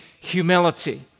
humility